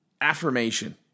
affirmation